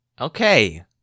okay